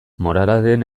moralaren